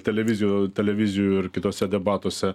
televizijo televizijų ir kituose debatuose